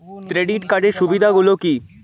Credit কার্ডের সুবিধা গুলো কি?